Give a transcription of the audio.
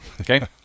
Okay